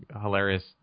hilarious